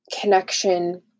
connection